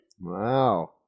Wow